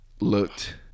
looked